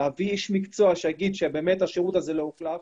להביא איש מקצוע שיאמר שבאמת החלק הזה לא הוחלף,